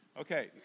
okay